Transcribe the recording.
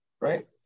right